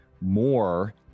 more